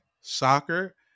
soccer